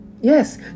Yes